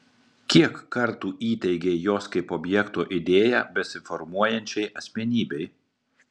kiek kartų įteigei jos kaip objekto idėją besiformuojančiai asmenybei